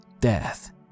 Death